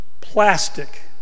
plastic